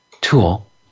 tool